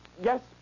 Yes